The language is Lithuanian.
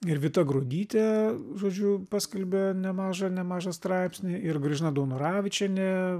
ir vita gruodytė žodžiu paskelbė nemažą nemažą straipsnį ir gražina daunoravičienė